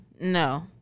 No